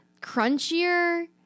crunchier